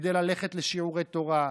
כדי ללכת לשיעורי תורה,